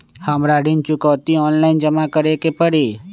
हमरा ऋण चुकौती ऑनलाइन जमा करे के परी?